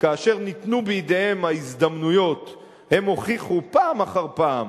שכאשר ניתנו בידיהם ההזדמנויות הם הוכיחו פעם אחר פעם,